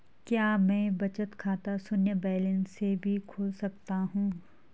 क्या मैं बचत खाता शून्य बैलेंस से भी खोल सकता हूँ?